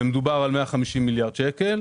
ומדובר על 150 מיליארד שקל.